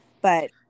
But-